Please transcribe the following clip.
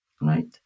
right